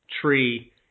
tree